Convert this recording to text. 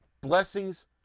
Blessings